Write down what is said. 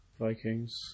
vikings